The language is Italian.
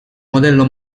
modello